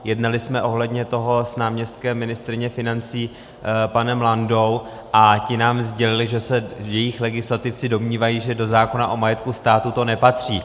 Jednali jsme ohledně toho s náměstkem ministryně financí panem Landou a ti nám sdělili, že se jejich legislativci domnívají, že do zákona o majetku státu to nepatří.